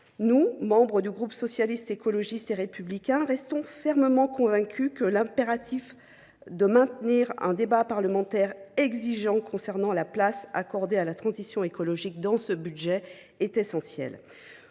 Nous, membres du groupe Socialiste, Écologiste et Républicain, restons fermement convaincus qu’il faut maintenir un débat parlementaire exigeant sur la place accordée à la transition écologique dans ce texte.